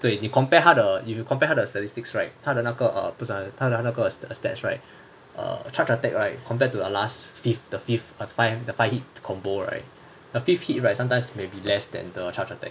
对你 compare 他的 if you compare 他的 statistics right 他的那个 err 不是他的那个 attacks right err charged attacks right compared to the last fifth the fifth the fifth the five the five hits combo right the fifth hit right sometimes may be less than the charged attack